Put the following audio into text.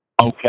Okay